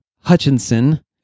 Hutchinson